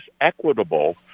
equitable